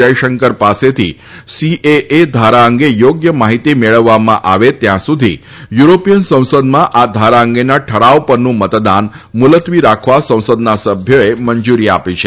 જયશંકર પાસેથી સીએએ ધારા અંગે યોગ્ય માહિતી મેળવવામાં આવે ત્યાં સુધી યુરોપીયન સંસદમાં આ ધારા અંગેના ઠરાવ પરનું મતદાન મુલત્વી રાખવા સંસદના સભ્યોએ મંજુરી આપી છે